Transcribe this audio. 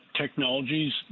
technologies